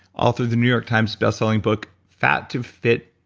author of the new york times bestselling book fat to fit,